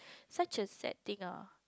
such a sad thing orh